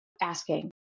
asking